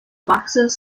boxes